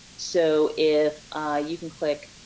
so, if you can click.